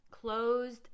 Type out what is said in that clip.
closed